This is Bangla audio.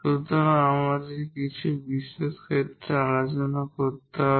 সুতরাং আমাদের কিছু বিশেষ ক্ষেত্রে বিবেচনা করতে হবে